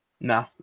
No